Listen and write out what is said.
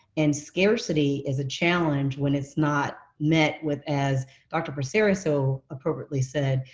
and scarcity is a challenge when it's not met with, as dr. passeri so appropriately said,